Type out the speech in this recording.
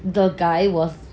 the guy was